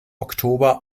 oktober